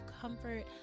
comfort